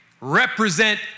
represent